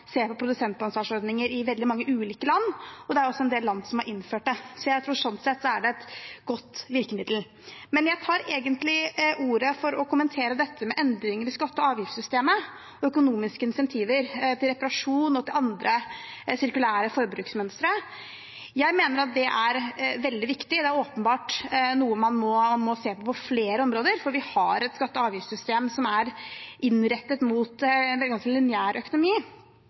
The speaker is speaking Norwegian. ser på produsentansvarsordninger i veldig mange ulike land. Det er også en del land som har innført dette. Jeg tror sånn sett det er et godt virkemiddel. Jeg tar egentlig ordet for å kommentere endringer i skatte- og avgiftssystemet – økonomiske insentiver til reparasjon og til andre sirkulære forbruksmønstre. Jeg mener det er veldig viktig. Det er åpenbart noe man må se på på flere områder, for vi har et skatte- og avgiftssystem som er innrettet mot en ganske lineær økonomi.